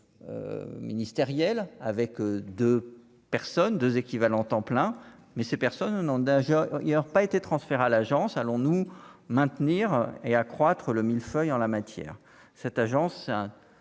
ministérielle avec deux. Personne 2 équivalents temps plein, mais ces personnes en d'âge il alors pas été transférés à l'agence, allons nous maintenir et accroître le mille-feuilles en la matière, cette agence, un